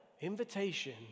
invitation